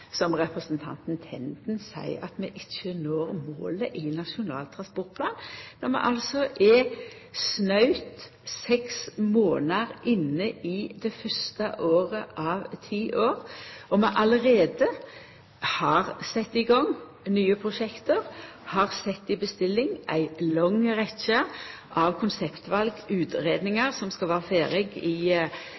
som representanten Tenden, at vi ikkje når målet i Nasjonal transportplan, når vi er snautt seks månader inne i det fyrste året av ti år, og vi allereie har sett i gang nye prosjekt, har sett i bestilling ei lang rekkje konseptval og utgreiingar som – dei fleste – skal vera ferdige i løpet av